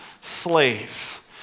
slave